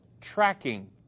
tracking